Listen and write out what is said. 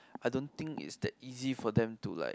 I don't think is that easy for them to like